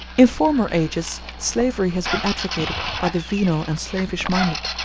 in former ages slavery has been advocated by the venal and slavish-minded,